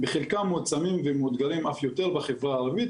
בחלקם מועצמים ומאותגרים אף יותר בחברה הערבית,